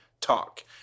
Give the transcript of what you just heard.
talk